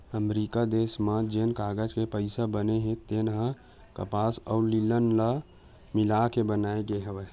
अमरिका देस म जेन कागज के पइसा बने हे तेन ह कपसा अउ लिनन ल मिलाके बनाए गे हवय